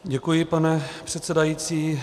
Děkuji, pane předsedající.